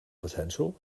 potential